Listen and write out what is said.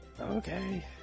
Okay